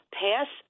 pass